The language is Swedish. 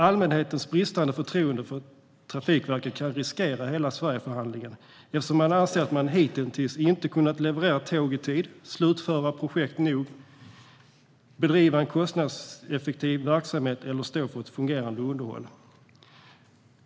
Allmänhetens bristande förtroende för Trafikverket kan riskera hela Sverigeförhandlingen eftersom man anser att man hittills inte kunnat leverera tåg i tid, slutföra projekt snabbt nog, bedriva en kostnadseffektiv verksamhet eller stå för ett fungerande underhåll.